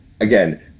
again